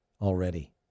already